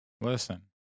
Listen